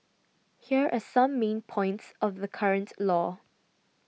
here are some main points of the current law